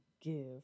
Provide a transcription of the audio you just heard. give